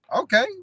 Okay